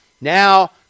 now